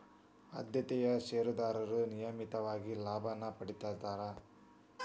ಆದ್ಯತೆಯ ಷೇರದಾರರು ನಿಯಮಿತವಾಗಿ ಲಾಭಾನ ಪಡೇತಿರ್ತ್ತಾರಾ